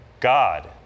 God